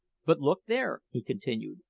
but look there! he continued,